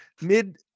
mid